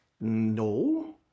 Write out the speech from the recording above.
No